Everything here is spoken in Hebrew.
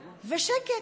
ושקט,